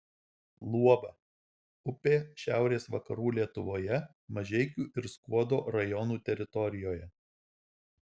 luoba upė šiaurės vakarų lietuvoje mažeikių ir skuodo rajonų teritorijoje